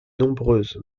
nombreuse